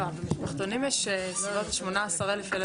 לא, במשפחתונים יש בסביבות 18 אלף ילדים.